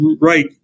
right